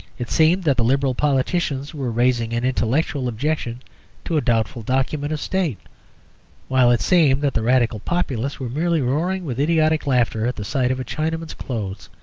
it seemed that the liberal politicians were raising an intellectual objection to a doubtful document of state while it seemed that the radical populace were merely roaring with idiotic laughter at the sight of a chinaman's clothes.